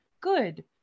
good